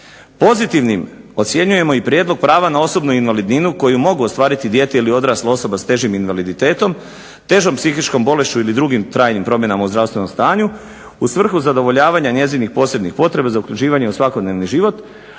Pozitivnim ocjenjujemo i prijedlog prava na osobnu invalidninu koju mogu ostvariti dijete ili odrasla osoba sa težim invaliditetom, težom psihičkom bolešću ili drugim trajnim promjenama u zdravstvenom stanju u svrhu zadovoljavanja njezinih posebnih potreba za uključivanje u svakodnevni život,